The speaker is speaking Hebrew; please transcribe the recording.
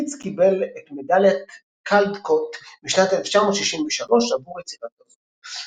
קיטס קיבל את מדליית קלדקוט משנת 1963 עבור יצירתו זו.